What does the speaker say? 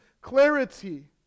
clarity